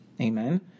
Amen